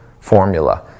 formula